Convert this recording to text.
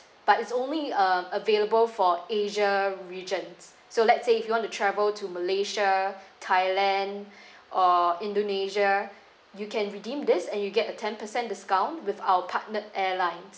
but it's only uh available for asia regions so let's say if you want to travel to malaysia thailand or indonesia you can redeem this and you'll get a ten percent discount with our partnered airlines